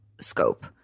scope